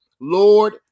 Lord